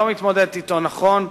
לא מתמודדים אתו נכון,